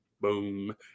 boom